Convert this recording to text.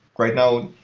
right now,